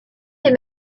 des